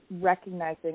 recognizing